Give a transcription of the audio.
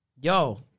yo